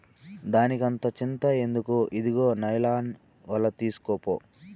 దానికంత చింత ఎందుకు, ఇదుగో నైలాన్ ఒల తీస్కోప్పా